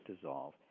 dissolve